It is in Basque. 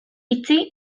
itxi